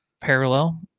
parallel